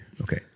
Okay